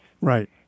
Right